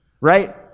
right